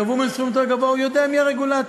גבו מהם סכום יותר גבוה, הוא יודע מי הרגולטור.